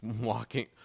walking